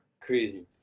crazy